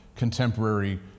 Contemporary